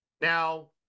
Now